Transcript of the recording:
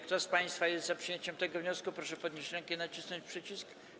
Kto z państwa jest za przyjęciem tego wniosku, proszę podnieść rękę i nacisnąć przycisk.